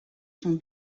son